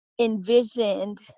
envisioned